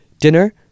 dinner